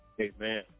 Amen